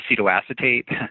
acetoacetate